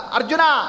Arjuna